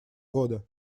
года